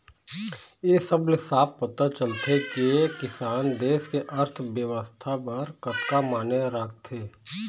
ए सब ले साफ पता चलथे के किसान देस के अर्थबेवस्था बर कतका माने राखथे